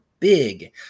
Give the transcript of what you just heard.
big